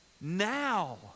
Now